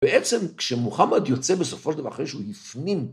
בעצם כשמוחמד יוצא בסופו של דבר אחרי שהוא הפנים.